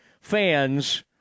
fans